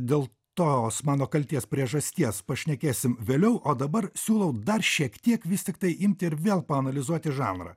dėl tos mano kaltės priežasties pašnekėsim vėliau o dabar siūlau dar šiek tiek vis tiktai imti ir vėl paanalizuoti žanrą